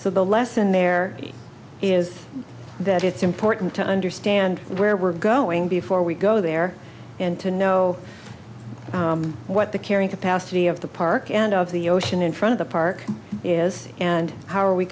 so the lesson there is that it's important to understand where we're going before we go there and to know what the carrying capacity of the park and of the ocean in front of the park is and how are we